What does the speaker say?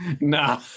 Nah